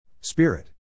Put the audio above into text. Spirit